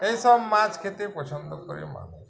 এইসব মাছ খেতে পছন্দ করে মানুষ